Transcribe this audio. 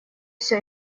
все